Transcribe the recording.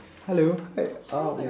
hello hi um